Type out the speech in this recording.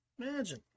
imagine